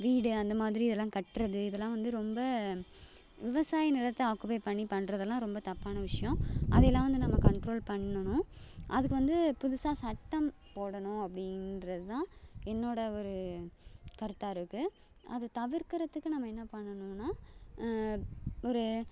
வீடு அந்த மாதிரி இதெல்லாம் கட்டுறது இதெல்லாம் வந்து ரொம்ப விவசாய நிலத்த ஆக்குபை பண்ணி பண்ணுறதெல்லாம் ரொம்ப தப்பான விஷயம் அது எல்லாம் வந்து நம்ம கண்ட்ரோல் பண்ணணும் அதுக்கு வந்து புதுசாக சட்டம் போடணும் அப்படிங்றது தான் என்னோடய ஒரு கருத்தாக இருக்குது அது தவிர்க்கிறதுக்கு நம்ம என்ன பண்ணணும்னால் ஒரு